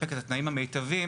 שמספק את התנאים המיטביים,